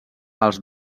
als